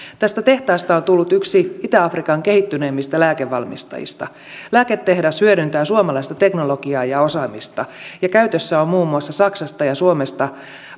tästä tehtaasta on tullut yksi itä afrikan kehittyneimmistä lääkevalmistajista lääketehdas hyödyntää suomalaista teknologiaa ja osaamista ja käytössä on muun muassa saksasta ja suomesta